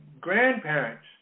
grandparents